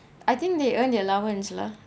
I think they earn their allowance lah